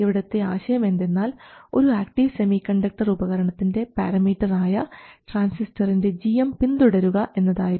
ഇവിടത്തെ ആശയം എന്തെന്നാൽ ഒരു ആക്ടീവ് സെമികണ്ടക്ടർ ഉപകരണത്തിൻറെ പാരമീറ്റർ ആയ ട്രാൻസിസ്റ്ററിൻറെ gm പിന്തുടരുക എന്നതായിരുന്നു